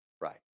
right